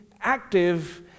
active